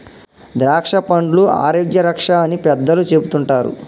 ద్రాక్షపండ్లు ఆరోగ్య రక్ష అని పెద్దలు చెపుతుంటారు